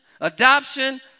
adoption